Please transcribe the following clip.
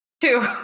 Two